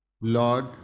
Lord